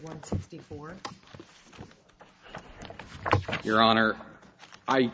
one before your honor i